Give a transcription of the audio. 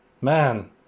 Man